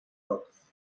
oath